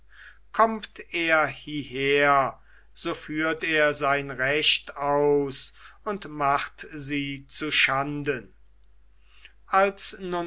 kommt er hieher so führt er sein recht aus und macht sie zuschanden als